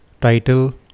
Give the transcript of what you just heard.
title